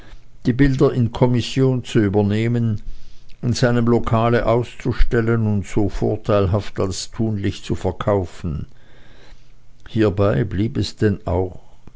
die bilder in kommission zu übernehmen in seinem lokale auszustellen und so vorteilhaft als tunlich zu verkaufen hiebei blieb es denn auch